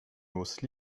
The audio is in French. hausse